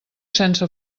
sense